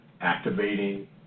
activating